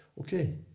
okay